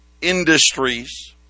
industries